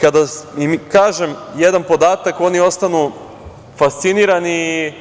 Kada im kažem jedan podatak, oni ostanu fascinirani i